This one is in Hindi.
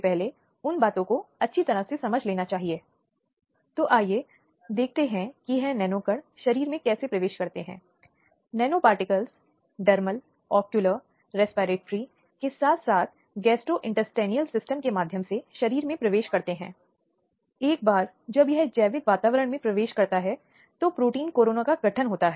इसलिए यह स्थिति बच्चों के लिए बहुत ही कठिन और अजीबोगरीब स्थिति प्रस्तुत करती है विशेष रूप से बालिकाओं और इस समस्या पर गौर करने के लिए सरकार ने 2012 में POCSO अधिनियम के रूप में जानने वाले यौन अपराधों से बच्चों का संरक्षण पारित किया है